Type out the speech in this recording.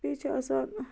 بیٚیہِ چھ آسان